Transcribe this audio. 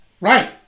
Right